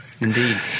Indeed